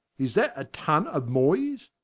is that a tonne of moyes?